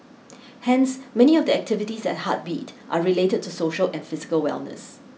hence many of the activities at heartbeat are related to social and physical wellness